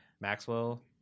Maxwell